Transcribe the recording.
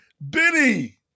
Benny